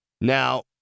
Now